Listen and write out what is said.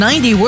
90